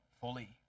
fully